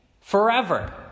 forever